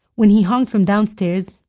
when he honked from downstairs,